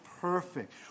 perfect